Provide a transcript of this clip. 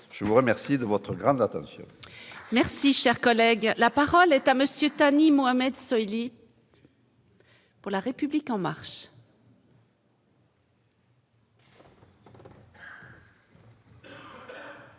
je vous remercie de votre grande attention. Merci, cher collègue, la parole est à monsieur Thani Mohamed swahili. Pour la République en marche.